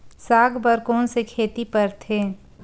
साग बर कोन से खेती परथे?